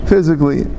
Physically